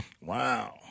Wow